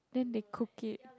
then they cook it